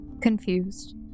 confused